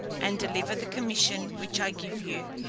and deliver the commission which i give you.